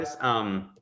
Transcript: guys –